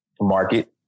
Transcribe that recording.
market